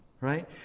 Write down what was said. right